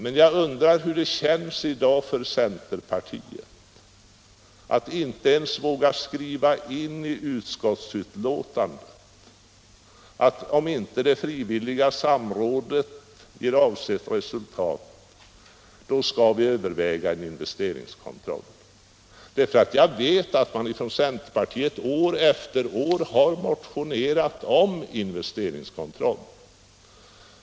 Men jag undrar hur det i dag känns för centerpartiet att inte ens våga skriva in i utskottsbetänkandet att vi, om det frivilliga samrådet inte ger avsett resultat, skall överväga en investeringskontroll. Centerpartiet har år efter år motionerat om investeringskontroll.